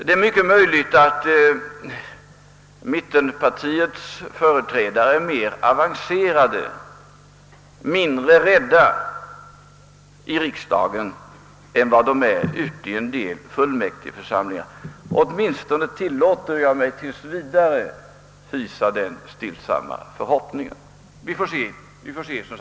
Det är mycket möjligt att mittenpartiernas företrädare i riksdagen är mer avancerade och mindre rädda än dessa partiers företrädare i en del fullmäktigeförsamlingar. Åtminstone tillåter jag mig tills vidare hysa den stillsamma förhoppningen. Vi får som sagt se i vår.